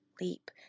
leap